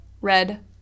Red